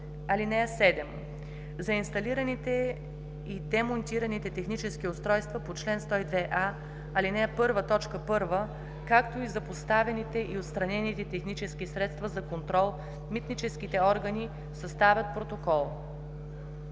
(7) За инсталираните и демонтираните технически устройства по чл. 102а, ал. 1, т. 1, както и за поставените и отстранените технически средства за контрол митническите органи съставят протокол.